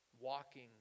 walking